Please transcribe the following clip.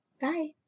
Bye